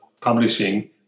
publishing